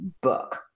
book